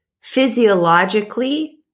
physiologically